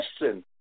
listen